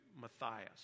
Matthias